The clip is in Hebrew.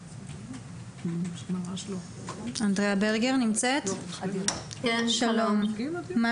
שלום, אנדראה, אנחנו